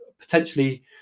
potentially